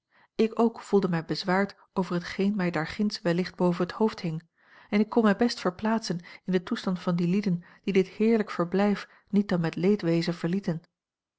ik ook voelde mij bezwaard over hetgeen mij daarginds wellicht boven het hoofd hing en ik kon mij best verplaatsen in den toestand van die lieden die dit heerlijk verblijf niet dan met leedwezen verlieten